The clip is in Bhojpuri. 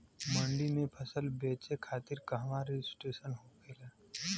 मंडी में फसल बेचे खातिर कहवा रजिस्ट्रेशन होखेला?